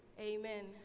Amen